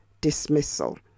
dismissal